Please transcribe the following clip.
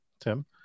Tim